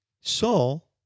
Saul